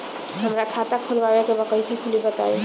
हमरा खाता खोलवावे के बा कइसे खुली बताईं?